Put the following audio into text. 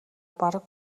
бараг